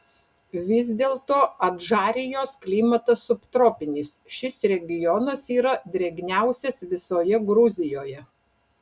vis dėlto adžarijos klimatas subtropinis šis regionas yra drėgniausias visoje gruzijoje